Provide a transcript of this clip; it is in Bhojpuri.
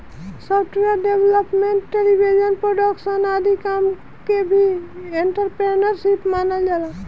सॉफ्टवेयर डेवलपमेंट टेलीविजन प्रोडक्शन आदि काम के भी एंटरप्रेन्योरशिप मानल जाला